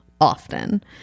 often